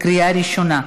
בקריאה הראשונה.